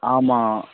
ஆமாம்